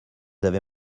avez